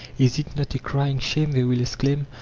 is it not a crying shame, they will exclaim,